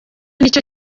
nicyo